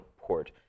port